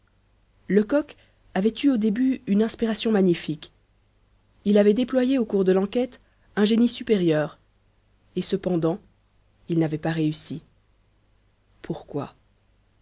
lecoq avait eu au début une inspiration magnifique il avait déployé au cours de l'enquête un génie supérieur et cependant il n'avait pas réussi pourquoi